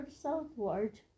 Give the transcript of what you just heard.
southward